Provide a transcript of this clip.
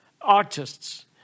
artists